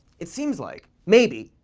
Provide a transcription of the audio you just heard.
it seems like, maybe,